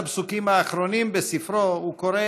המוקדש להוקרת הפצועים במערכות ישראל ופעולות האיבה.